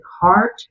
heart